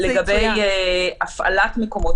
לשאלה השנייה, לגבי הפעלת מקומות.